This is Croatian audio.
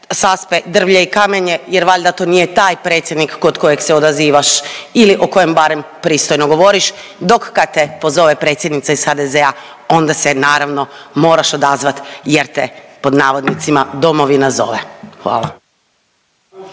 saspe drvlje i kamenje jer valjda to nije taj predsjednik kod kojeg se odazivaš ili o kojem barem pristojno govoriš, dok kad te pozove predsjednica iz HDZ-a onda se naravno moraš odazvat jer te pod navodnicima domovina zove, hvala.